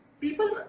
People